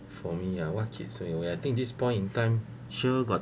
for me ah what keeps me awake I think this point in time sure got